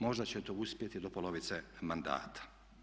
Možda će to uspjeti do polovice mandata.